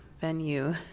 venue